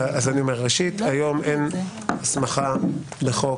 אני רוצה להמשיך את הקו של חברת הכנסת פרקש הכהן,